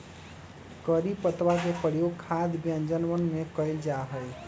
करी पत्तवा के प्रयोग खाद्य व्यंजनवन में कइल जाहई